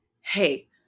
Hey